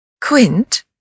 Quint